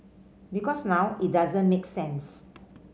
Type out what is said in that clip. because now it doesn't make sense